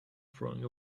throwing